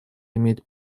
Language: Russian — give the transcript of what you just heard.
иметь